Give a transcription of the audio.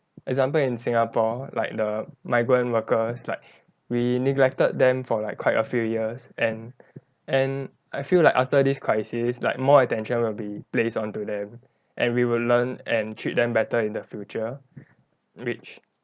example in singapore like the migrant workers like we neglected them for like quite a few years and and I feel like after this crisis like more attention will be placed onto them and we will learn and treat them better in the future which